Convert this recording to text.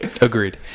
agreed